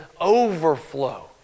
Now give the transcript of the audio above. overflow